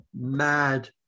mad